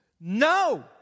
No